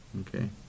Okay